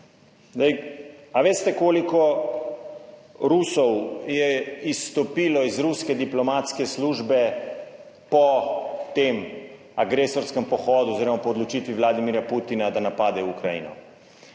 a veste, koliko Rusov je izstopilo iz ruske diplomatske službe po tem agresorskem pohodu oziroma po odločitvi Vladimirja Putina, da napade Ukrajino?